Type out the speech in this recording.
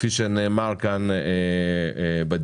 כפי שנאמר פה בדיון.